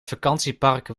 vakantiepark